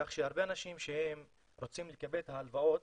כך שהרבה אנשים שרוצים לקבל הלוואות